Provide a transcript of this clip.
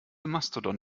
mastodon